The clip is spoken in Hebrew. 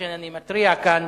לכן אני מתריע כאן